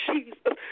Jesus